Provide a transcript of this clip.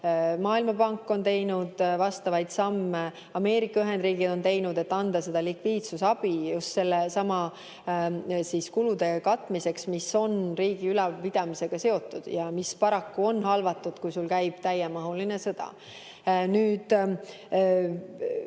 Maailmapank on teinud vastavaid samme. Ameerika Ühendriigid on teinud, et anda likviidsusabi just nendesamade kulude katmiseks, mis on riigi ülalpidamisega seotud ja mis paraku on halvatud, kui käib täiemahuline sõda. Nüüd,